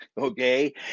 okay